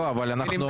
מי נמנע?